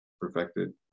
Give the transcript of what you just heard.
perfected